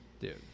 Dude